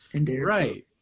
Right